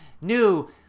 new